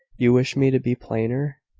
you wish me to be plainer?